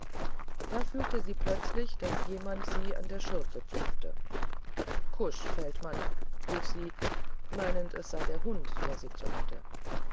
da fühlte sie plötzlich daß jemand sie an der schürze zupfe kusch feldmann rief sie meinend es sei der hund der sie zupfe